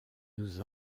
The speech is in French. nous